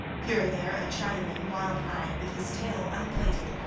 here and there a chinaman, wild-eyed, with his tail unplaited,